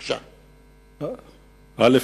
בבקשה, אדוני.